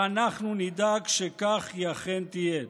ואנחנו נדאג שכך היא אכן תהיה.